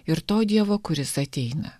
ir to dievo kuris ateina